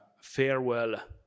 farewell